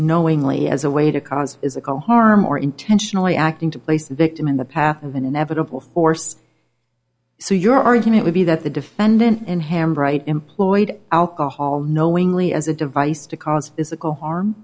knowingly as a way to cause is a harm or intentionally acting to place the victim in the path of an inevitable force so your argument would be that the defendant in ham bright employed alcohol knowingly as a device